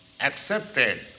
accepted